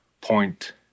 point